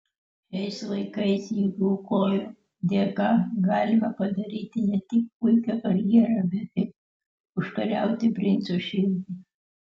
šiais laikais ilgų kojų dėka galima padaryti ne tik puikią karjerą bet ir užkariauti princo širdį